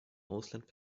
ausland